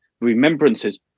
remembrance's